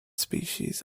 species